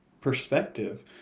perspective